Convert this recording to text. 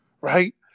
right